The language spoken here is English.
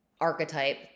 archetype